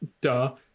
duh